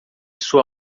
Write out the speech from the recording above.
sua